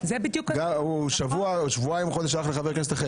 אם הוא בעוד שבוע-שבועיים-חודש הלך לחבר הכנסת אחר,